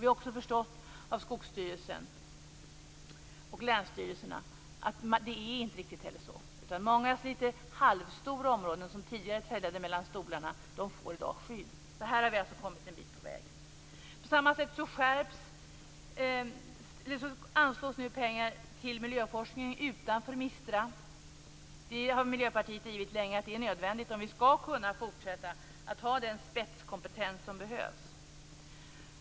Vi har också förstått av Skogsstyrelsen och länsstyrelserna att det inte heller är riktigt så. Många lite halvstora områden som tidigare trillade mellan stolarna får i dag skydd. Här har vi alltså kommit en bit på väg. På samma sätt anslås nu pengar till miljöforskningen utanför MISTRA. Miljöpartiet har länge drivit att det är nödvändigt om vi skall kunna fortsätta att ha den spetskompetens som behövs.